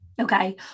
okay